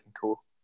cool